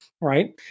right